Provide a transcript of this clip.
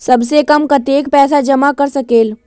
सबसे कम कतेक पैसा जमा कर सकेल?